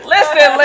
Listen